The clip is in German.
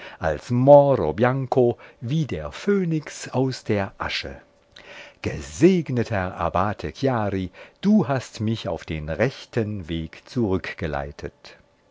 als moro bianco wie der phönix aus der asche gesegneter abbate chiari du hast mich auf den rechten weg